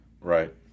Right